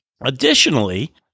Additionally